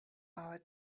our